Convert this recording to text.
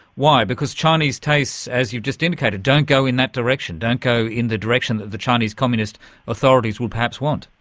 why? because chinese tastes, as you've just indicated, don't go in that direction, don't go in the direction that the chinese communist authorities would perhaps want?